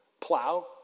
plow